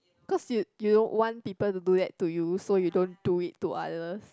cause you you don't want people to do that to you so you don't do it to others